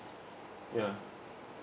ya